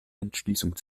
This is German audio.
entschließung